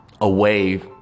away